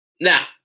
Now